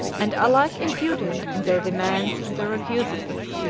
and alike impudent in their demands and their refusals.